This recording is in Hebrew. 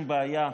אין לי שום בעיה,